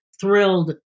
thrilled